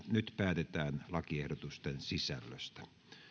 nyt päätetään lakiehdotusten sisällöstä